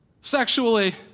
sexually